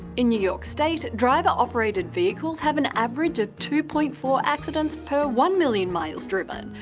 in new york state, driver operated vehicles have an average of two point four accidents per one million miles driven,